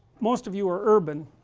most of you are urban